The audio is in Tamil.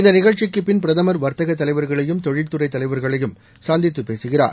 இந்த நிகழ்ச்சிக்குப்பின் பிரதமர் வர்த்தக தலைவர்களையும் தொழில்துறை தலைவர்களையும் சந்தித்து பேசுகிறார்